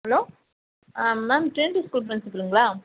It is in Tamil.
hello ah ma'am Trinity school பிரின்சிபல்ங்களா